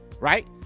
Right